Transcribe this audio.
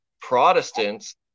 Protestants